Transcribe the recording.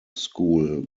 school